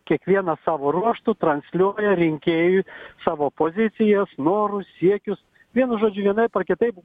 kiekvienas savo ruožtu transliuoja rinkėjui savo pozicijas norus siekius vienu žodžiu vienaip ar kitaip